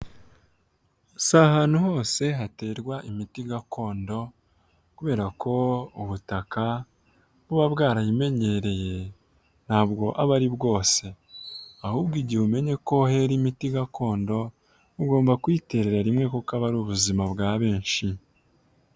Si ahantu hose haterwa imiti gakondo kubera ko ubutaka buba bwarayimenyereye ntabwo aba ari bwose, ahubwo igihe umenye ko hera imiti gakondo ugomba kuyiterera rimwe kuko aba ari ubuzima bwa benshi.